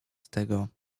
tego